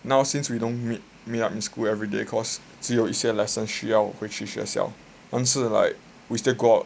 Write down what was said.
now since we don't meet meet up in school everyday cause 只有一些 lesson 需要回去学校但是 like we still go out